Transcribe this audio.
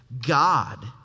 God